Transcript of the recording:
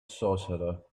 sorcerer